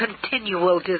continual